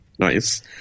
Nice